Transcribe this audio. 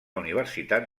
universitat